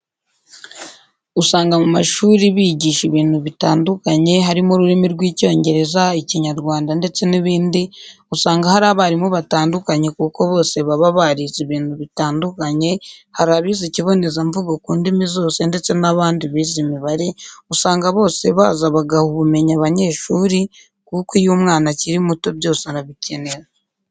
Usanga mu mashuri bigisha ibintu bitandukanye harimo ururimi rw'Icyongereza, Ikinyarwanda ndetse n'ibindi, usanga hari abarimu batandukanye kuko bose baba barize ibintu bitandukanye, hari abize ikibonezamvugo ku ndimi zose ndetse n'abandi bize imibare, usanga bose baza bagaha ubumenyi abanyeshuri kuko iyo umwana akiri muto byose arabikenera.